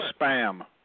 spam